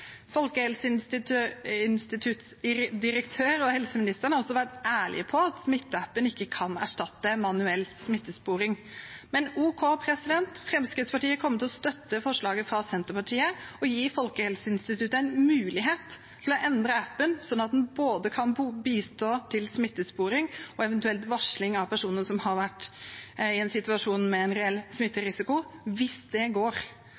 direktør og helseministeren har også vært ærlige om at Smittestopp-appen ikke kan erstatte manuell smittesporing, men ok: Fremskrittspartiet kommer til å støtte forslaget fra Senterpartiet og gi Folkehelseinstituttet en mulighet til å endre appen, slik at den kan bistå til både smittesporing og eventuelt varsling av personer som har vært i en situasjon med en reell smitterisiko – hvis det går.